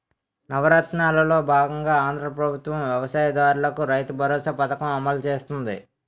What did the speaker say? నవరత్నాలలో బాగంగా ఆంధ్రా ప్రభుత్వం వ్యవసాయ దారులకు రైతుబరోసా పథకం అమలు చేస్తుంది